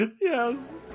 Yes